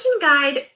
Guide